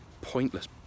pointless